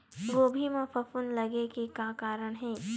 गोभी म फफूंद लगे के का कारण हे?